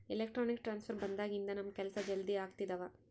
electronic transfer ಬಂದಾಗಿನಿಂದ ನಮ್ ಕೆಲ್ಸ ಜಲ್ದಿ ಆಗ್ತಿದವ